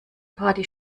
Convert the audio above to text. party